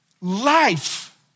Life